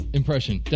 impression